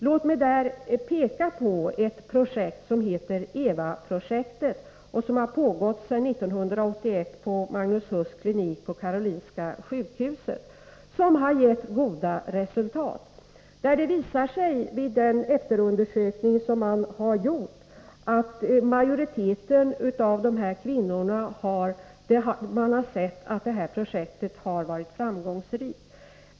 Låt mig där peka på ett projekt som heter Evaprojektet och som pågått sedan 1981 på Magnus Huss klinik på Karolinska sjukhuset. Det projektet har gett goda resultat. Vid den öppenundersökning som man har gjort har man sett att projektet varit framgångsrikt.